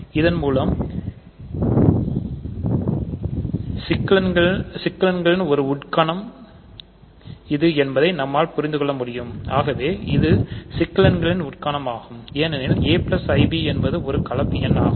இதன் மூலம்இது சிக்கலெண்களின் ஒரு உட்கணம் என்பதை நம்மால் புரிந்துகொள்ள முடியும் இது சிக்கலெண்களின் உட்கணமாகும் ஏனெனில் aib என்பது ஒரு கலப்பு எண் ஆகும்